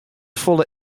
folle